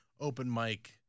open-mic